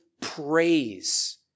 praise